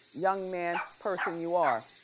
young man, person you are.